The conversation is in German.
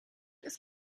ist